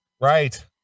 Right